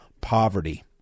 poverty